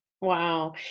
Wow